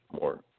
more